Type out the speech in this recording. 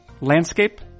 landscape